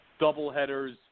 doubleheaders